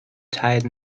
tide